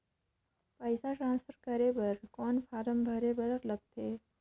पईसा ट्रांसफर करे बर कौन फारम भरे बर लगथे?